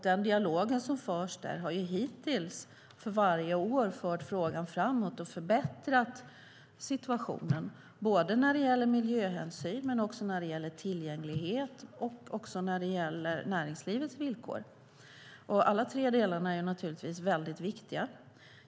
Den dialog som förs där har för varje år hittills fört frågan framåt och förbättrat situationen när det gäller miljöhänsynen, när det gäller tillgänglighet och också när det gäller näringslivets villkor. Alla tre delarna är naturligtvis väldigt viktiga.